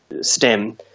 stem